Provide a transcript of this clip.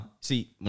See